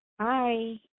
Hi